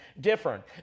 different